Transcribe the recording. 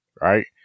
right